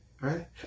right